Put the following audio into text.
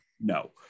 no